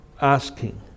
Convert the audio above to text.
asking